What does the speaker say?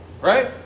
right